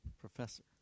Professor